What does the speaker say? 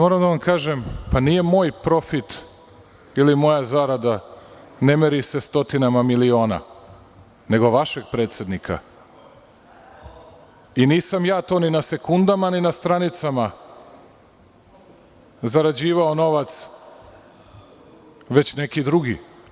Moram da vam kažem pa nije profit, ili moja zarada, ne meri se stotinama miliona, nego vašeg predsednika i nisam ja to ni na sekundama ni na stranicama zarađivao novac, već neki drugi.